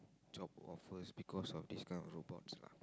jobs offers because of this kind of robots lah